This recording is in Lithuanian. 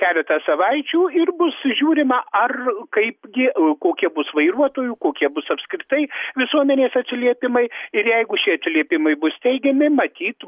keletą savaičių ir bus žiūrima ar kaipgi o kokie bus vairuotojų kokie bus apskritai visuomenės atsiliepimai ir jeigu šie atsiliepimai bus teigiami matyt